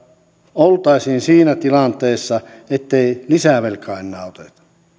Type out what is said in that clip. oltaisiin siinä tilanteessa ettei lisää velkaa enää oteta